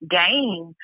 game